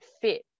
fit